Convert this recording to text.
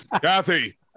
kathy